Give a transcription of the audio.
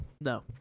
No